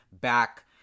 back